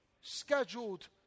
scheduled